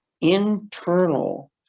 internal